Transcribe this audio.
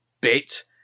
bit